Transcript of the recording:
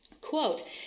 Quote